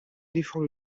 défend